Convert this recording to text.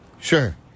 Sure